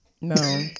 no